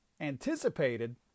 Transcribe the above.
anticipated